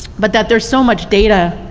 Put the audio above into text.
but that there's so much data,